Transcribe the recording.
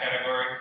category